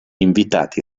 invitati